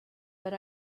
but